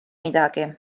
midagi